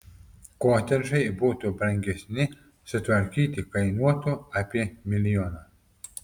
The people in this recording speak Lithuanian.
kotedžai būtų brangesni sutvarkyti kainuotų apie milijoną